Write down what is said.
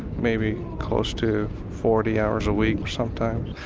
maybe close to forty hours a week sometimes.